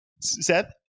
Seth